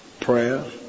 prayer